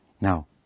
Now